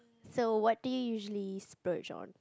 so what do you usually splurge on